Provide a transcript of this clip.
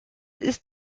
ist